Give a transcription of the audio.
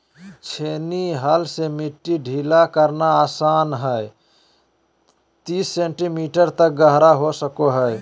छेनी हल से मिट्टी ढीला करना आसान हइ तीस सेंटीमीटर तक गहरा हो सको हइ